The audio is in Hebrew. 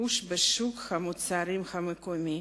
הביקוש בשוק המוצרים המקומי.